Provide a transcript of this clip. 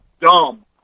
dumb